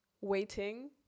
waiting